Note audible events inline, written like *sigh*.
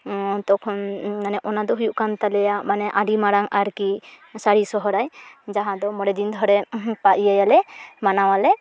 ᱛᱚᱠᱷᱚᱱ ᱢᱟᱱᱮ ᱚᱱᱟᱫᱚ ᱦᱩᱭᱩᱜ ᱠᱟᱱ ᱛᱟᱞᱮᱭᱟ ᱢᱟᱱᱮ ᱟᱹᱰᱤ ᱢᱟᱨᱟᱝ ᱟᱨᱠᱤ ᱥᱟᱹᱨᱤ ᱥᱚᱨᱦᱟᱭ ᱡᱟᱦᱟᱸᱫᱚ ᱢᱚᱬᱮᱫᱤᱱ ᱫᱷᱚᱨᱮ *unintelligible* ᱤᱭᱟᱹᱭᱟᱞᱮ ᱢᱟᱱᱟᱣᱟᱞᱮ